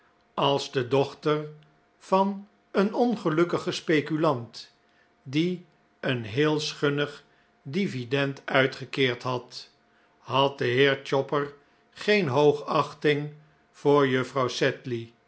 als de dochter van een ongelukkigen speculant die een heel schunnig dividend uitgekeerd had had de heer chopper geen hoogachting voor juffrouw